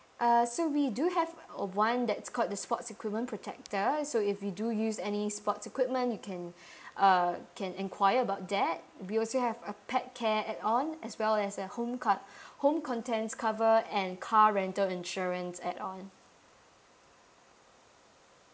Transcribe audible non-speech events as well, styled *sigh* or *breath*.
uh so we do have uh one that's called the sports equipment protector is so if you do use any sports equipment you can *breath* uh can inquire about that we also have a pet care add on as well as a home con~ *breath* home contents cover and car rental insurance add on